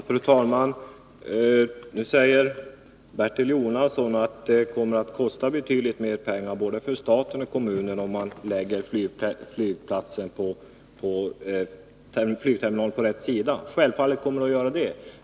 Fru talman! Nu säger Bertil Jonasson att det kommer att kosta betydligt mer pengar för både staten och kommunen, om man lägger flygterminalen på rätt sida av flygfältet. Självfallet kommer det att göra det.